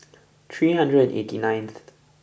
three hundred and eighty ninth